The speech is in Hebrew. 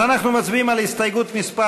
אז אנחנו מצביעים על הסתייגות מס'